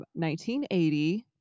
1980